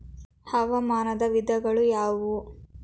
ಹವಾಮಾನದ ವಿಧಗಳು ಯಾವುವು?